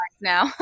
now